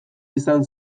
izan